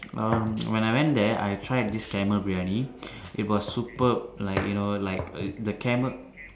um when I went there I tried this camel Briyani it was super like you know like the camel